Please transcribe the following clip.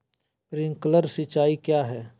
Sprinkler सिंचाई क्या है?